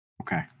Okay